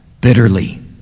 bitterly